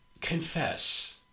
confess